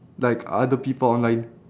like other people online